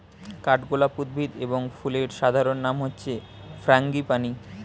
কাঠগোলাপ উদ্ভিদ এবং ফুলের সাধারণ নাম হচ্ছে ফ্রাঙ্গিপানি